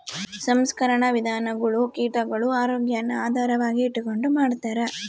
ಸಂಸ್ಕರಣಾ ವಿಧಾನಗುಳು ಕೀಟಗುಳ ಆರೋಗ್ಯಾನ ಆಧಾರವಾಗಿ ಇಟಗಂಡು ಮಾಡ್ತಾರ